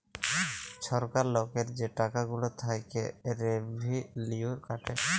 ছরকার লকের যে টাকা গুলা থ্যাইকে রেভিলিউ কাটে